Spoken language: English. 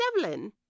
devlin